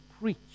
preach